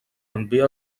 envia